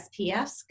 SPFs